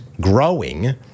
growing